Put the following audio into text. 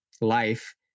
life